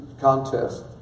contest